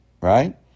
Right